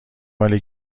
مال